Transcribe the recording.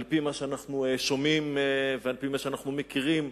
על-פי מה שאנחנו שומעים ועל-פי מה שאנחנו מכירים,